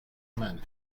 منه